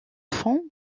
fond